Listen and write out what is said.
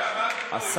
הממשלה לא ביקשה.